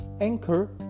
Anchor